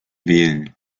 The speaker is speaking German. wählen